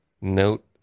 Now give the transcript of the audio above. note